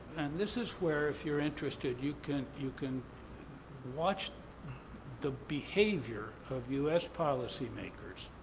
and this is where, if you're interested, you can you can watch the behavior of u s. policymakers